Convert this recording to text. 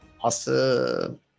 Awesome